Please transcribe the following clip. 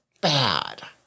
bad